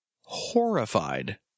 horrified